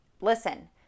listen